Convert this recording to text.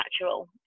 natural